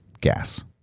gas